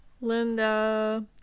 linda